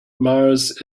mars